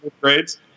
grades